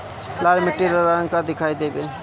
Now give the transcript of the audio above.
लाल मीट्टी लाल रंग का क्यो दीखाई देबे?